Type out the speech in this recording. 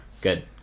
Good